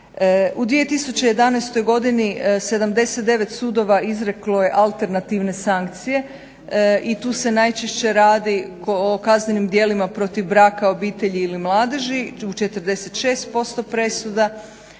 U 2011. godini 79 sudova izreklo je alternativne sankcije i tu se najčešće radi o kaznenim djelima protiv braka, obitelji ili mladeži u 46% presuda,